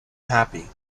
happy